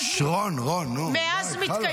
רון, רון, נו, די, חלאס.